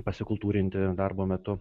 pasikultūrinti darbo metu